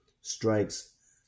strikes